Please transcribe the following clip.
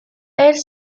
elle